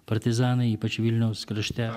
partizanai ypač vilniaus krašte